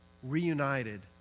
reunited